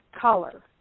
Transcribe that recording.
color